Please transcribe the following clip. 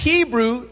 Hebrew